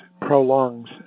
prolongs